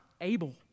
able